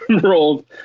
rolled